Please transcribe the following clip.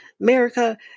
America